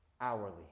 hourly